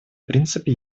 принципы